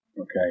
Okay